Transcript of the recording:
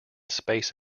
space